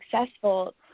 successful